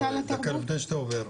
לפני שאתה עובר.